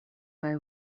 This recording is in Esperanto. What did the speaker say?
kaj